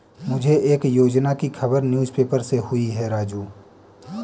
मुझे एक योजना की खबर न्यूज़ पेपर से हुई है राजू